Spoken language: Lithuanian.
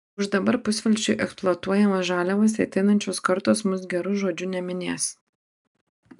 už dabar pusvelčiui eksploatuojamas žaliavas ateinančios kartos mus geru žodžiu neminės